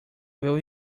will